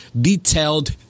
detailed